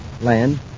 land